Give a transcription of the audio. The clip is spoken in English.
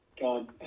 god